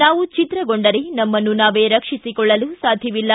ನಾವು ಛಿದ್ರಗೊಂಡರೆ ನಮ್ನನ್ನು ನಾವೇ ರಕ್ಷಿಸಿಕೊಳ್ಳಲು ಸಾಧ್ಯವಿಲ್ಲ